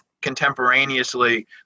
contemporaneously